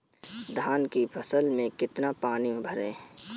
धान की फसल में कितना पानी भरें?